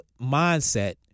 mindset